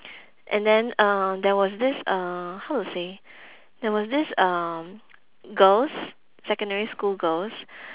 and then uh there was this uh how to say there was this uh girls secondary school girls